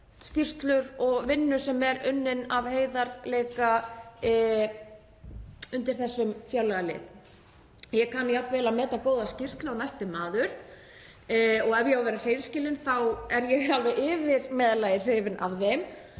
skýrslur og vinnu sem er unnin af heiðarleika undir þessum fjárlagalið. Ég kann jafn vel að meta góðar skýrslur og næsti maður og ef ég á að vera hreinskilin þá er ég yfir meðallagi hrifin af þeim.